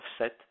offset